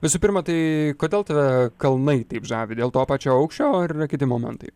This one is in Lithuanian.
visų pirma tai kodėl tave kalnai taip žavi dėl to pačio aukščio ar yra kiti momentai